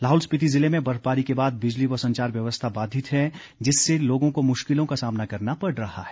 लाहौल स्पिति जिले में बर्फबारी के बाद बिजली व संचार व्यवस्था बाधित है जिससे लोगों को मुश्किलों का सामना करना पड़ रहा है